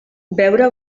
veure